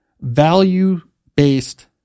value-based